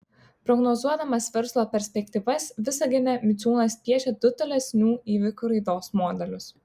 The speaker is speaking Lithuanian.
prognozuodamas verslo perspektyvas visagine miciūnas piešia du tolesnių įvykių raidos modelius